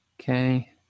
okay